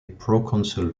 proconsul